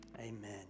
Amen